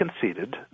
conceded